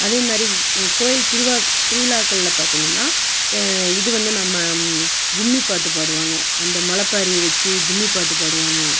அதே மாதிரி கோயில் திருவிழாக்கள்ல பார்த்திங்கன்னா இது வந்து நம்ம கும்மி பாட்டு பாடுவாங்க அந்த முளைப்பாரிய வச்சு கும்மி பாட்டு பாடுவாங்க